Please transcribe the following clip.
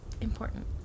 important